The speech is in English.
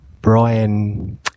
Brian